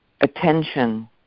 attention